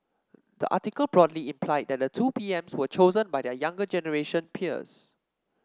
the article broadly implied that the two P Ms were chosen by their younger generation peers